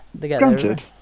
Granted